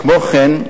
כמו כן,